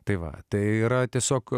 tai va tai yra tiesiog